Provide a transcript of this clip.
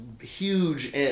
huge